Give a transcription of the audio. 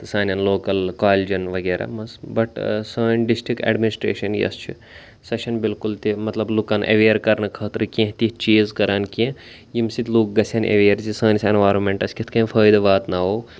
سانٮ۪ن لوکل کالجن وغیرہ منٛز بٹ سٲنۍ ڈِسٹرک ایڈمنسٹریشن یۄس چھِ سۄ چھَنہِ بِلکُل تہِ مطلب لُکن ایٚویر کرنہٕ خٲطرٕ کینٛہہ تِتھ چیٖز کران کینٛہہ ییٚمہِ سۭتۍ لُکھ گژھن ایٚویر زِ سٲنِس ایٚنوَرانمیٚنٹس کِتھ کٔنۍ فٲیِدٕ واتناوو